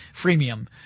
Freemium